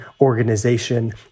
organization